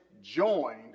joined